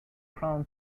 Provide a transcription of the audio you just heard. crown